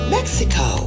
Mexico